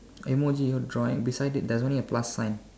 emoji drawing beside it there's only a plus sign